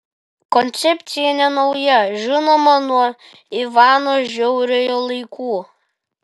koncepcija nenauja žinoma nuo ivano žiauriojo laikų